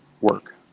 work